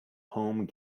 home